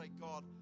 God